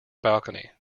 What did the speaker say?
balcony